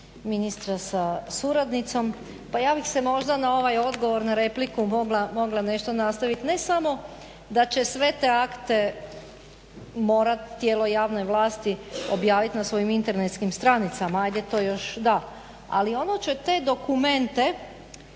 ministra sa suradnicom. Pa ja bih se možda na ovaj odgovor na repliku možda nešto nastaviti, ne samo da će sve te akte morati tijelo javne vlasti objaviti na svojim internetskim stranicama, ajde to još da, ali ono će te dokumente